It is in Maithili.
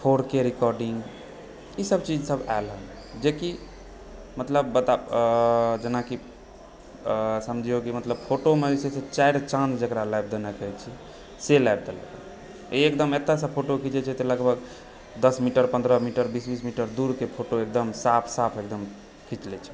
फोनके रिकॉर्डिंग ई सब चीज सभ आयल हँ जेकि मतलब जेनाकि समझियौ कि मतलब कि फोटोमे जकरा चारि चान्द जकरा लगा देनाइ कहै छी से लाइ देलक एकदम एतऽसँ फोटो खिचाइ छै तऽ लगभग दस मीटर पन्द्रह मीटर बीस बीस मीटर दूरके फोटो एकदम साफ साफ एकदम खीच लै छै